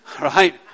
Right